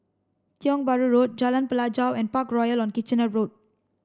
Tiong Bahru Road Jalan Pelajau and Parkroyal on Kitchener Road